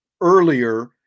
earlier